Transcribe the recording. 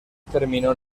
terminó